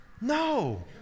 No